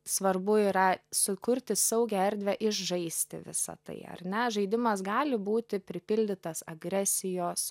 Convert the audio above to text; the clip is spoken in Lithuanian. svarbu yra sukurti saugią erdvę išžaisti visa tai ar ne žaidimas gali būti pripildytas agresijos